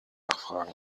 nachfragen